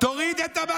כל זה,